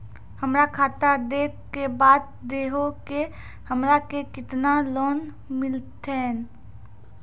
हमरा खाता देख के बता देहु के हमरा के केतना लोन मिलथिन?